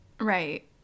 right